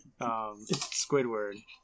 Squidward